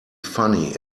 funny